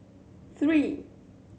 three